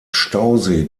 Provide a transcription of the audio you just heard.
stausee